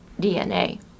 DNA